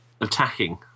attacking